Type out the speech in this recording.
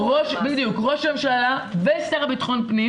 ראש הממשלה בנימין נתניהו והשר לבטחון פנים